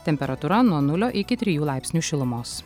temperatūra nuo nulio iki trijų laipsnių šilumos